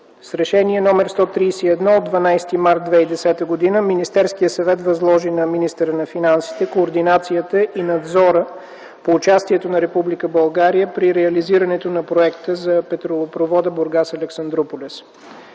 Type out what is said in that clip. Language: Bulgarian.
с Решение № 131 от 12 март 2010 г. Министерският съвет възложи на министъра на финансите координацията и надзора по участието на Република България при реализирането на Проекта за петролопровода „Бургас-Александруполис”.